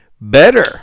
better